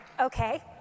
okay